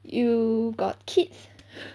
you got kids